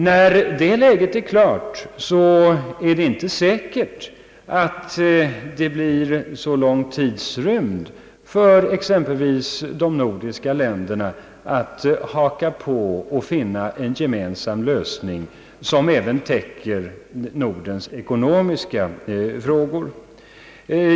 När detta läge har uppnåtts är det inte säkert att det dröjer någon längre tid för exempelvis de nordiska länderna innan dessa följer efter och finner en gemensam lösning, som även täcker Nordens. ekonomiska frågor.